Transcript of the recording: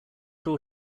door